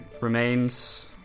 Remains